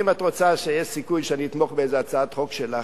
אם את רוצה שיהיה סיכוי שאני אתמוך באיזו הצעת חוק שלך,